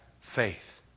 faith